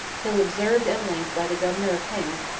till, observed at length by the governor of hems,